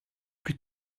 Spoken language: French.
plus